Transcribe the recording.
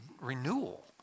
renewal